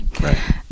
Right